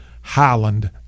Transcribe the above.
Highland